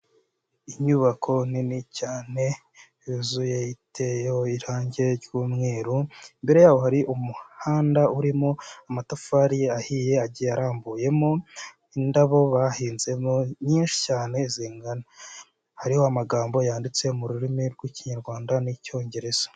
Inyubako nini cyane yuzuye iteyo irangi ry'umweru, imbere yaho hari umuhanda urimo amatafari ahiye arambuyemo indabo bahinze nyinshi cyane zingana, hariho amagambo yanditse mu rurimi rw'ikinyarwanda n'icyongereza.